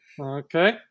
Okay